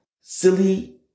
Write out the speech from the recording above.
silly